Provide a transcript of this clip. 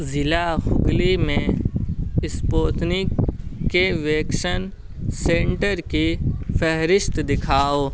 ضلع ہگلی میں اسپوتنک کے ویکسن سنٹر کی فہرست دکھاؤ